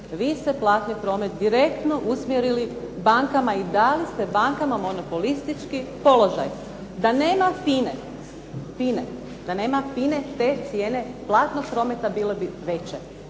vi ste platni promet direktno usmjerili bankama i dali ste bankama monopolistički položaj. Da nema "FINE" te cijene platnog prometa bile bi veće.